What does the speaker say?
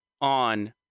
on